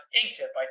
InkTip